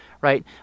right